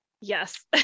Yes